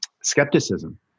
skepticism